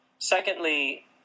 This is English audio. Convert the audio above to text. Secondly